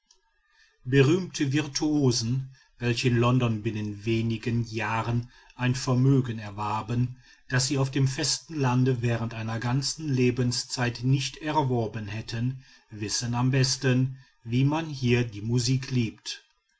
berühmte virtuosen welche in london binnen wenigen jahren ein vermögen erwarben das sie auf dem festen lande während einer ganzen lebenszeit nicht erworben hätten wissen am besten wie man hier die musik liebt